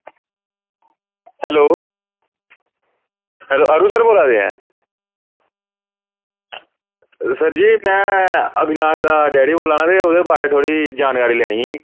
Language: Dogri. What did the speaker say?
हैल्लो अरुण सर बोल्ला दे ऐं सर जी में अभिनाश दा डैड़ी बोल्ला 'ना ऐं ते ओह्ऍदे बारे थोह्ड़ी जानकारी लैनी ही